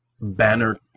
banner